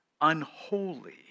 unholy